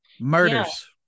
murders